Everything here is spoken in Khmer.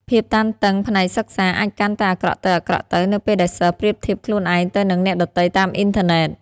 ភាពតានតឹងផ្នែកសិក្សាអាចកាន់តែអាក្រក់ទៅៗ នៅពេលដែលសិស្សប្រៀបធៀបខ្លួនឯងទៅនឹងអ្នកដទៃតាមអ៊ីនធឺណិត។